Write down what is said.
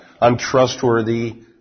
untrustworthy